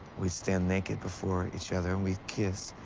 we'd stand naked before each other, and we'd kiss.